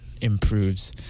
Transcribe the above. improves